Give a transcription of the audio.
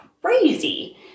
crazy